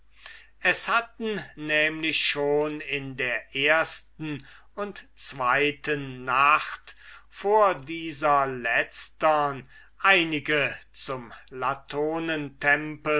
es hätten nämlich schon in der ersten und zweiten nacht vor dieser letztern einige zum